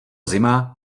zima